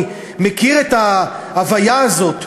אני מכיר את ההוויה הזאת.